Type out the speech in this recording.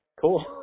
cool